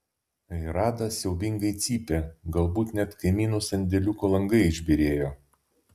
rada siaubingai cypė galbūt net kaimynų sandėliuko langai išbyrėjo